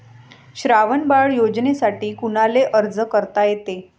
श्रावण बाळ योजनेसाठी कुनाले अर्ज करता येते?